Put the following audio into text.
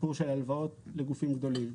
סיפור של הלוואות לגופים גדולים.